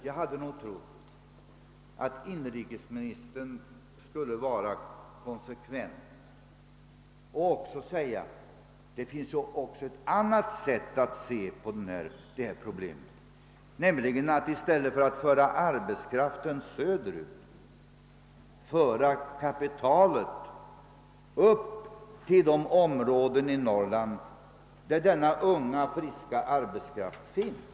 Jag hade trott att inrikesministern skulle vara konsekvent och påpeka att det finns också ett annat sätt att se på problemet. I stället för att flytta arbetskraften söderut kan man ju föra kapitalet upp till de områden i Norrland där denna unga, friska arbetskraft finns.